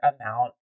amount